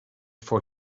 for